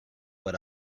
what